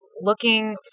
looking